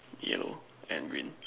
yellow and green